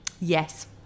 yes